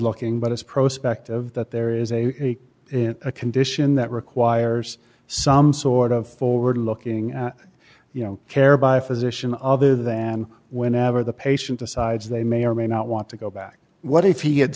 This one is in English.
looking but it's prospect of that there is a in a condition that requires some sort of forward looking you know care by a physician other than whenever the patient decides they may or may not want to go back what if he had